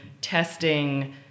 testing